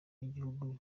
y’ibihugu